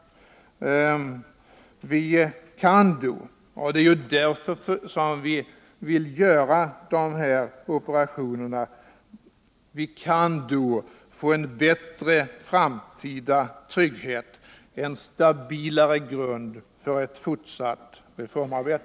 Vi kan då — och det är anledningen till att vi vill göra dessa operationer — få en bättre framtida trygghet, en stabilare grund för ett fortsatt reformarbete.